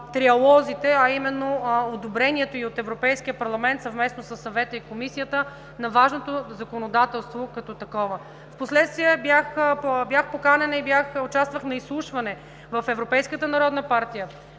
триалозите, а именно одобрението и от Европейския парламент, съвместно със Съвета и Комисията, на важното законодателство като такова. Впоследствие бях поканена и участвах на изслушване в Европейската народна партия,